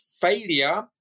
failure